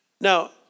Now